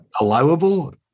allowable